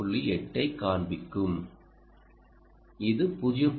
8 ஐக் காண்பிக்கும் இது 0